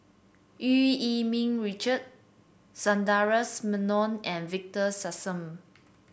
Eu Yee Ming Richard Sundaresh Menon and Victor Sassoon